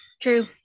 true